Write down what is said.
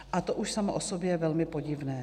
A to už samo o sobě je velmi podivné.